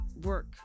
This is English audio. work